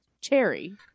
cherry